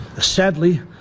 Sadly